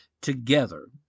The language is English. together